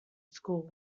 school